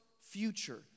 future